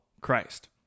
Christ